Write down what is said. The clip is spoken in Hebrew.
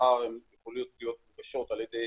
מחר הם יחודשו על-ידי